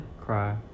Cry